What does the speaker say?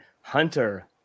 Hunter